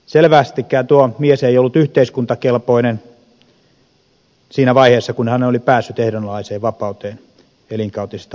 selvästikään tuo mies ei ollut yhteiskuntakelpoinen siinä vaiheessa kun hän oli päässyt ehdonalaiseen vapauteen elinkautisesta vankeusrangaistuksestaan